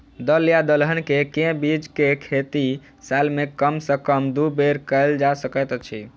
दल या दलहन केँ के बीज केँ खेती साल मे कम सँ कम दु बेर कैल जाय सकैत अछि?